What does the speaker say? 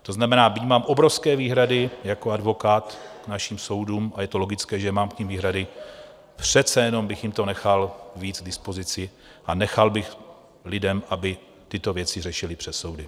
To znamená, byť mám obrovské výhrady jako advokát k našim soudům, a je to logické, že mám k nim výhrady, přece jenom bych jim to nechal víc k dispozici a nechal bych lidi, aby tyto věci řešili přes soudy.